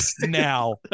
Now